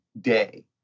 day